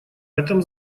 этом